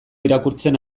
irakurtzen